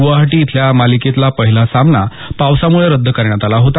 गुवाहाटी इथला मालिकेतला पहिला सामना पावसामुळे रद्द करण्यात आला होता